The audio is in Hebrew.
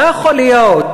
לא יכול להיות.